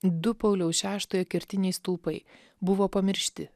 du pauliaus šeštojo kertiniai stulpai buvo pamiršti